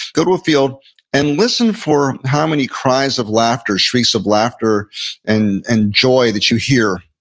go to a field and listen for how many cries of laughter, shrieks of laughter and and joy that you hear.